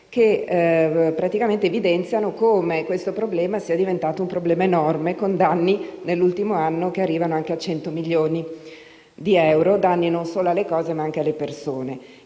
cinghiale che evidenziano come tale problema sia diventato enorme, con danni nell'ultimo anno che arrivano anche a 100 milioni di euro, non solo alle cose ma anche alle persone.